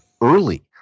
early